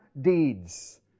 deeds